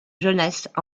jeunesse